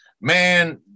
man